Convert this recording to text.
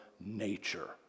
nature